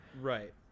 Right